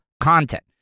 content